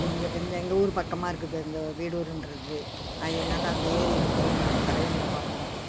எங்கள் எங்கள் ஊர் பக்கமாக இருக்குது அந்த வீடூருன்றது ஆகைனாலே அந்த ஏரியில் போய் நாங்கள் பறவைங்களை பார்ப்போம்